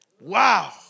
Wow